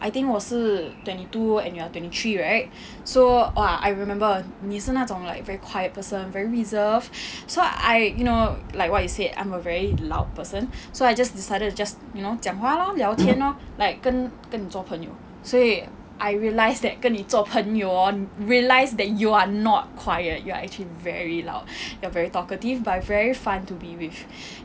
I think 我是 twenty two and you're twenty three right so !wah! I remember 你是那种 like very quiet person very reserved so I you know like what you said I'm a very loud person so I just decided to just you know 讲话 lor 聊天 lor like 跟跟你做朋友所以 I realised that 跟你做朋友 hor realised that you are not quiet you are actually very loud you are very talkative but very fun to be with